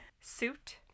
suit